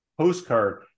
postcard